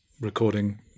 recording